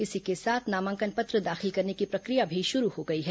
इसी के साथ नामांकन पत्र दाखिल करने की प्रक्रिया भी शुरू हो गई है